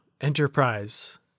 Enterprise